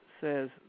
says